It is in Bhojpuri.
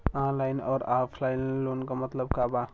ऑनलाइन अउर ऑफलाइन लोन क मतलब का बा?